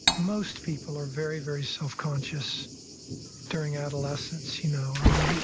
most people are very, very self-conscious during adolescence. you know i mean, yeah